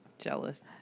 Jealous